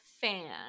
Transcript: fan